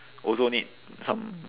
also need some